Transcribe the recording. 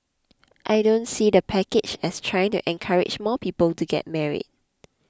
I don't see the package as trying to encourage more people to get married